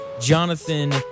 Jonathan